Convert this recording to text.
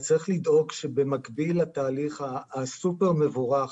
אז צריך לדאוג שבמקביל לתהליך הסופר מבורך